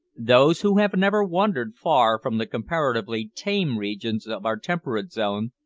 those who have never wandered far from the comparatively tame regions of our temperate zone,